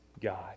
God